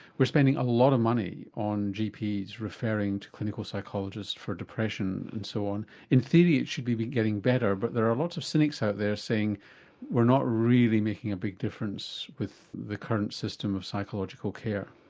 we're spending a lot of money on gps referring to clinical psychologists for depression and so on. in theory it should be be getting better but there are lots of cynics out there saying we're not really making a big difference with the current system of psychological care.